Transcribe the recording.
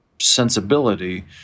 sensibility